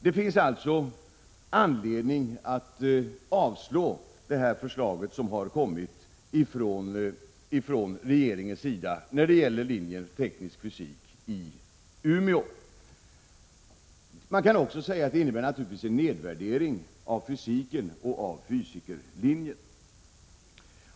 Det finns alltså anledning att avslå regeringens förslag när det gäller linjen teknisk fysik i Umeå. Det kan tilläggas att förslaget också innebär en nedvärdering av ämnet fysik och av fysikerlinjen.